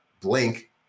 blink